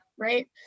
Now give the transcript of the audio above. right